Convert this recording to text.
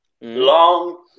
long